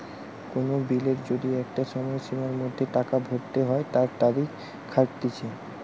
কোন বিলের যদি একটা সময়সীমার মধ্যে টাকা ভরতে হই তার তারিখ দেখাটিচ্ছে